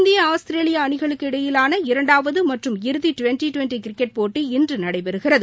இந்திய ஆஸ்திரேலியா அணிகளுக்கு இடையிலான இரண்டாவது மற்றும் இறுதி டுவென்டி டுவென்டி கிரிக்கெட் போட்டி இன்று நடைபெறுகிறது